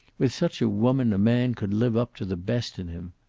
with such a woman a man could live up to the best in him.